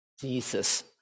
Jesus